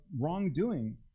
wrongdoing